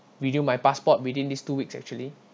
renew my passport within these two weeks actually